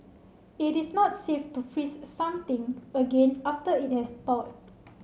it is not safe to freeze something again after it has thawed